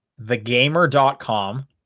thegamer.com